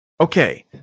Okay